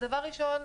דבר ראשון,